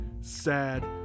sad